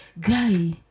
Guy